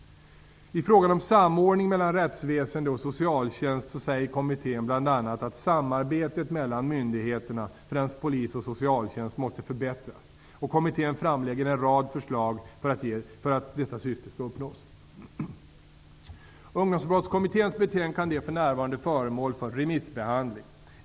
I frågan om samordning mellan rättsväsende och socialtjänst säger kommittén bl.a. att samarbetet mellan myndigheterna, främst polis och socialtjänst, måste förbättras. Kommittén framlägger en rad förslag för att detta syfte skall uppnås. Ungdomsbrottskommitténs betänkande är för närvarande föremål för remissbehandling.